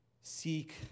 seek